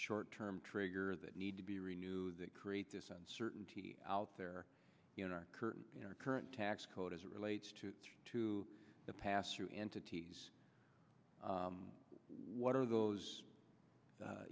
short term trigger that need to be renewed that create this uncertainty out there in our current current tax code as it relates to to the past two entities what are those